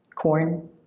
corn